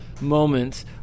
moments